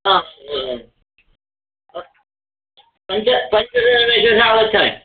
ह अस्तु पञ्च पञ्च निमेषेषु आगच्छमि